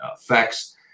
effects